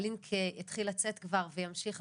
הלינק התחיל לצאת כבר וימשיך.